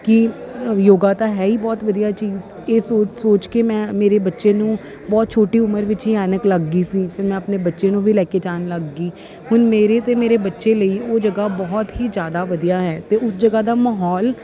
ਕਿ ਯੋਗਾ ਤਾਂ ਹੈ ਹੀ ਬਹੁਤ ਵਧੀਆ ਚੀਜ਼ ਇਹ ਸੋਚ ਸੋਚ ਕੇ ਮੈਂ ਮੇਰੇ ਬੱਚੇ ਨੂੰ ਬਹੁਤ ਛੋਟੀ ਉਮਰ ਵਿੱਚ ਹੀ ਐਨਕ ਲੱਗ ਗਈ ਸੀ ਫਿਰ ਮੈਂ ਆਪਣੇ ਬੱਚੇ ਨੂੰ ਵੀ ਲੈ ਕੇ ਜਾਣ ਲੱਗ ਗਈ ਹੁਣ ਮੇਰੇ ਤੇ ਮੇਰੇ ਬੱਚੇ ਲਈ ਉਹ ਜਗ੍ਹਾ ਬਹੁਤ ਹੀ ਜ਼ਿਆਦਾ ਵਧੀਆ ਹੈ ਅਤੇ ਉਸ ਜਗ੍ਹਾ ਦਾ ਮਾਹੌਲ